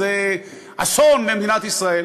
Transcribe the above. זה אסון למדינת ישראל,